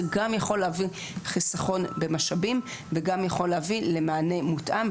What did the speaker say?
זה גם יכול להביא חיסכון במשאבים וגם יכול להביא למענה מותאם,